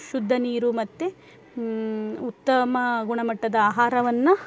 ಶುದ್ಧ ನೀರು ಮತ್ತು ಉತ್ತಮ ಗುಣಮಟ್ಟದ ಆಹಾರವನ್ನು